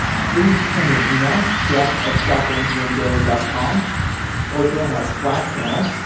please send me an email, jeff at softwareengineeringdaily dot com or join our slack channel,